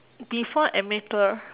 before amateur